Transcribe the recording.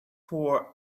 tore